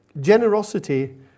Generosity